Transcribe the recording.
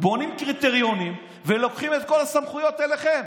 בונים קריטריונים ולוקחים את כל הסמכויות אליכם.